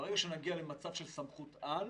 ברגע שנגיע למצב של סמכות-על,